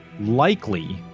Likely